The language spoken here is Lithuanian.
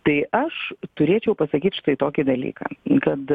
tai aš turėčiau pasakyt štai tokį dalyką kad